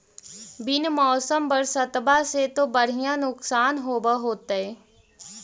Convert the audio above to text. बिन मौसम बरसतबा से तो बढ़िया नुक्सान होब होतै?